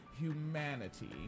humanity